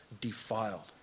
defiled